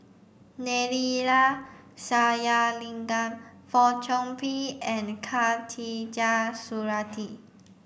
Neila Sathyalingam Fong Chong Pik and Khatijah Surattee